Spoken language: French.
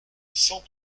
sans